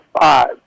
five